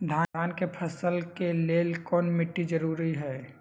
धान के फसल के लेल कौन मिट्टी जरूरी है?